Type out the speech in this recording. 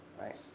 right